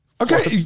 Okay